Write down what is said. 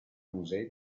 musei